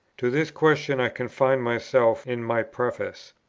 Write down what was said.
to this question i confined myself in my preface.